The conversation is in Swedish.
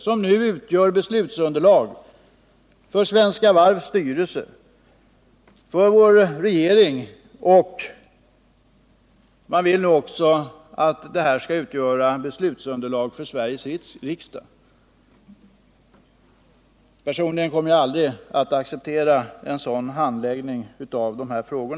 Det arbetet utgör nu beslutsunderlag för Svenska Varvs styrelse och för vår regering, och nu vill man att det skall utgöra beslutsunderlag också för Sveriges riksdag. Personligen kommer jag aldrig att acceptera en sådan handläggning av dessa frågor.